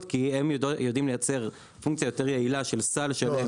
כי הם יודעים לייצר פונקציה יותר יעילה של סל --- לא,